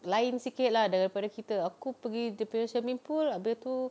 lain sikit lah daripada kita aku pergi dia punya swimming pool habis tu